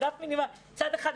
מצד אחד,